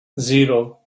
zero